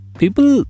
people